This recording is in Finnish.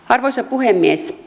arvoisa puhemies